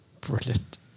Brilliant